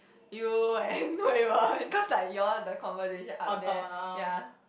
you and Hui-Wen cause like you all the conversation up there yea